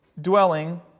dwelling